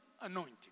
anointing